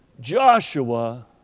Joshua